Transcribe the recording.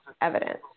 evidence